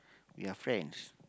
we're friends